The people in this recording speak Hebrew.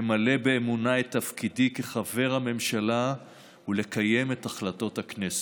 למלא באמונה את תפקידי כחבר הממשלה ולקיים את החלטות הכנסת.